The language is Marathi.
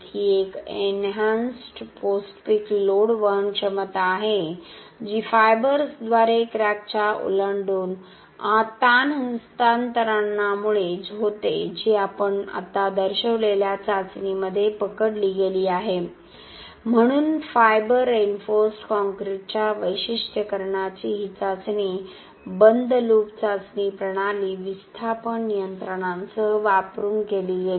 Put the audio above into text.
ही एक एनहॅन्स्ड पोस्ट पीक लोड वहन क्षमता आहे जी फायबर्सद्वारे क्रॅकच्या ओलांडून ताण हस्तांतरणामुळे होते जी आपण आता दर्शविलेल्या चाचणीमध्ये पकडली गेली आहे म्हणून फायबर रिइन्फोर्स्ड कॉंक्रिटच्या वैशिष्ट्यीकरणाची ही चाचणी क्लोजड लूप चाचणी प्रणाली विस्थापन नियंत्रणासह वापरून केली गेली